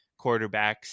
quarterbacks